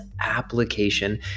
application